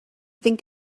think